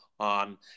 On